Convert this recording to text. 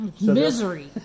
Misery